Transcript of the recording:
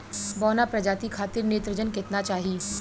बौना प्रजाति खातिर नेत्रजन केतना चाही?